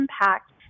impact